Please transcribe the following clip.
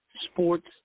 sports